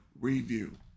review